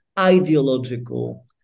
ideological